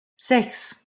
sechs